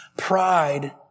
Pride